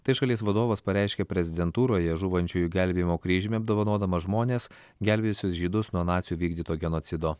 tai šalies vadovas pareiškė prezidentūroje žūvančiųjų gelbėjimo kryžiumi apdovanodamas žmones gelbėjusius žydus nuo nacių vykdyto genocido